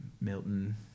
milton